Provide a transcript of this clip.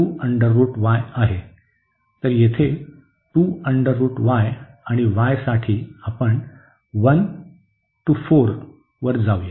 तर येथे आणि y साठी आपण 1 ते 4 वर जाऊ